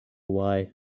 why